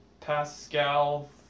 Pascal